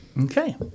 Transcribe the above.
Okay